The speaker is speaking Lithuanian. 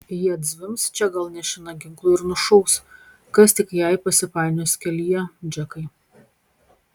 ji atzvimbs čia gal nešina ginklu ir nušaus kas tik jai pasipainios kelyje džekai